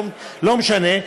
לא משנה,